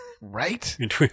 Right